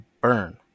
burn